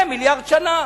זה מיליארד שנה.